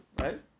right